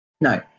No